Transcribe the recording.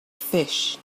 fish